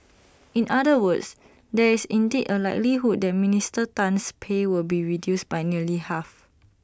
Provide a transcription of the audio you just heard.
in other words there is indeed A likelihood that Minister Tan's pay will be reduced by nearly half